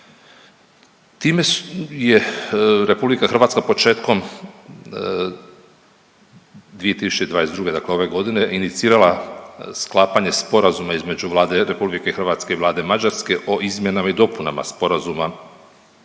Time je RH početkom 2022. g., dakle ove godine inicirala sklapanje sporazuma između Vlade RH i Vlade Mađarske o izmjenama i dopunama Sporazuma